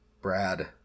Brad